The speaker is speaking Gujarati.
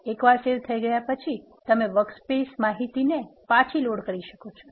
એકવાર સેવ થઇ ગયા પછી તમે વર્કસ્પેસ માહિતી ને પાછી લોડ કરાવી શકો છો